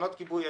תחנות כיבוי אש,